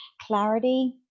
clarity